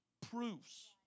proofs